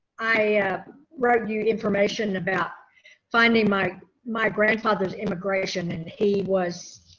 i wrote you information about finding my my grandfather's immigration and he was,